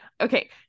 Okay